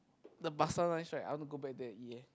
the pasar nice right I want to go back there and eat eh